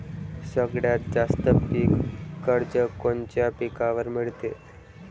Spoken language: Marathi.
सगळ्यात जास्त पीक कर्ज कोनच्या पिकावर मिळते?